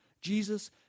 Jesus